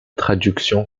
traductions